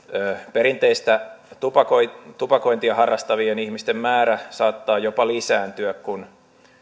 perinteistä tupakointia harrastavien ihmisten määrä saattaa jopa lisääntyä kun